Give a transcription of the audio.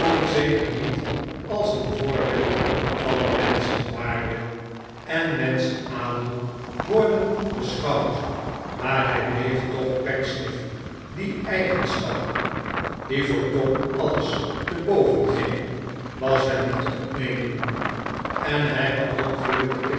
niet als een voorbeeld van menschenwaarde en menschenadel worden beschouwd maar hij bleef toch pecksniff die eigenschap die voor tom alles te boven ging was hem niet te ontnemen en hij beantwoordde den blik